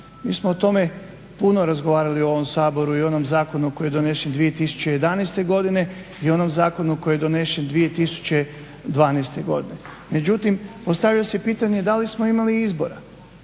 Mi smo o tome puno razgovarali u ovom Saboru i o onom zakonu koji je donesen 2011. godine i o onom zakonu koji je donesen 2012. godine. Međutim, postavlja se pitanje da li smo imali izbora?